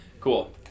Cool